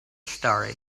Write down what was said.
story